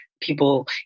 people